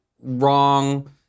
wrong